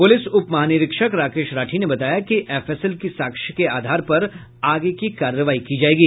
police उप महानिरीक्षक राकेश राठी ने बताया कि एफएसएल की साक्ष्य के आधार पर आगे की कार्रवाई की जायेगी